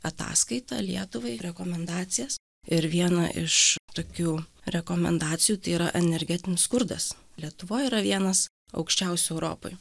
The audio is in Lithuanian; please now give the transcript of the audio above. ataskaitą lietuvai rekomendacijas ir viena iš tokių rekomendacijų tai yra energetinis skurdas lietuvoj yra vienas aukščiausių europoj